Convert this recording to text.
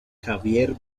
javier